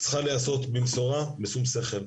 צריך להיעשות במשורה ובשום שכל.